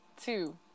two